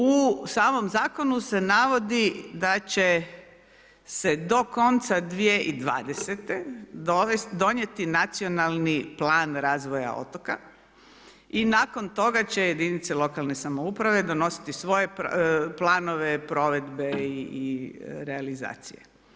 U samom Zakonu se navodi da će se do konca 2020.-te donijeti Nacionalni plan razvoja otoka i nakon toga će jedinice lokalne samouprave donositi svoje planove, provedbe i realizacije.